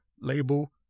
label